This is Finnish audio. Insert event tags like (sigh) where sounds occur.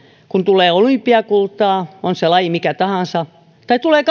kun tulee olympiakultaa on se laji mikä tahansa tai tulee (unintelligible)